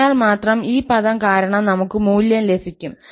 അതിനാൽ മാത്രം ഈ പദം കാരണം നമുക്ക് മൂല്യം ലഭിക്കും